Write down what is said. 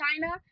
China